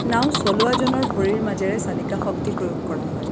নাঁও চলোৱাজনৰ ভৰিৰ মাজেৰে চালিকা শক্তি প্ৰয়োগ কৰা হয়